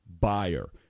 buyer